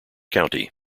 county